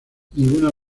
ninguna